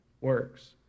works